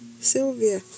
Sylvia